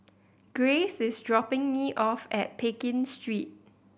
Grayce is dropping me off at Pekin Street